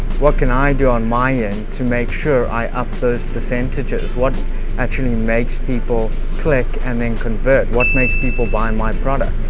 what can i do on my end to make sure i up those percentages? what actually makes people click and then convert? what makes people buy my and product?